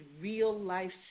real-life